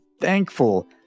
thankful